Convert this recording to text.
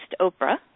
Oprah